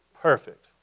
perfect